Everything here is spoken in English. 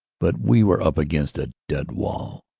but we were up against a dead vall.